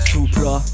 Supra